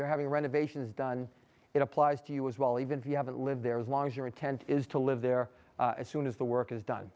you're having renovations done it applies to you as well even if you haven't lived there as long as your intent is to live there as soon as the work is done